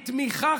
בתמיכה,